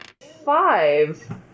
Five